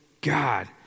God